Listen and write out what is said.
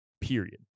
period